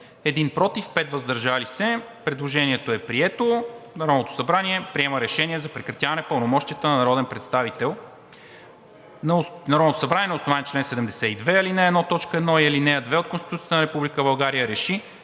157, против 1, въздържали се 5. Предложението е прието. Народното събрание приема: „РЕШЕНИЕ за прекратяване на пълномощията на народен представител Народното събрание на основание чл. 72, ал. 1, т. 1 и ал. 2 от Конституцията на Република България РЕШИ: